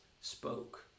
spoke